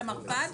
את המרב"ד?